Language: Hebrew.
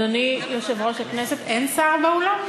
אדוני יושב-ראש הכנסת, אין שר באולם?